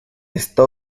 está